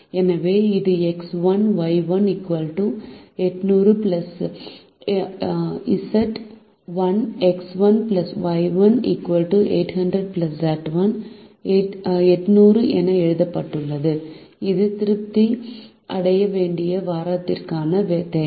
எனவே இது X 1 Y 1 800 Z 1 X1Y1800Z1 800 என எழுதப்பட்டுள்ளது இது திருப்தி அடைய வேண்டிய வாரத்திற்கான தேவை